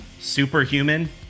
superhuman